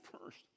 first